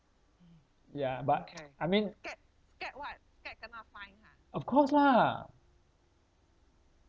ya but I mean of course lah